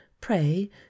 pray